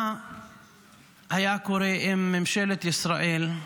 מה היה קורה אם ממשלת ישראל,